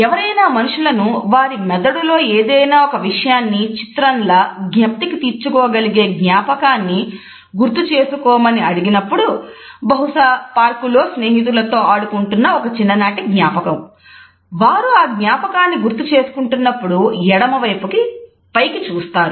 ఎవరైనా మనుషులను వారి మెదడులో ఏదైనా ఒక విషయాన్ని చిత్రంలా స్నేహితులతో ఆడుకుంటున్న ఒక చిన్ననాటి జ్ఞాపకం వారు ఆ జ్ఞాపకాన్ని గుర్తు చేసుకుంటున్నప్పుడు ఎడమ వైపు పైకి చూస్తారు